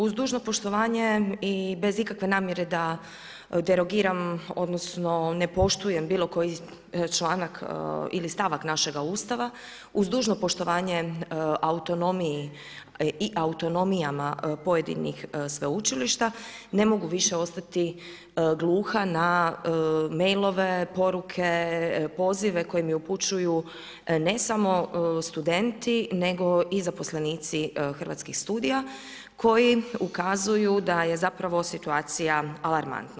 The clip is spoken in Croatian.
Uz dužno poštovanje i bez ikakve namjere da derogiram odnosno ne poštujem bilokoji članak ili stavak našega Ustava, uz dužno poštovanje autonomiji i autonomijama pojedinih sveučilišta, ne mogu više ostati gluha na mailove, poruke, pozive koji mi upućuju ne samo studenti nego i zaposlenici Hrvatskih studija koji ukazuju daje zapravo situacija alarmantna.